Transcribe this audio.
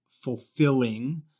Fulfilling